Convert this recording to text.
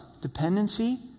dependency